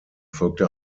folgte